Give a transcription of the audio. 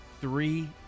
three